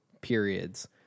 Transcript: periods